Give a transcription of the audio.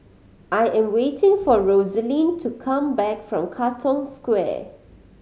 I am waiting for Rosaline to come back from Katong Square